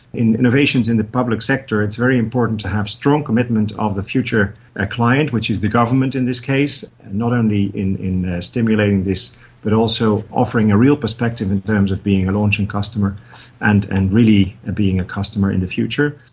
in innovations in the public sector it's very important to have strong commitment the future ah client, which is the government in this case, not only in in stimulating this but also offering a real perspective in terms of being a launching customer and and really and being a customer in the future.